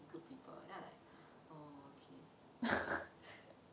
group people then I'm like oh okay